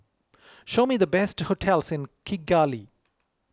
show me the best hotels in Kigali